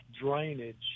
drainage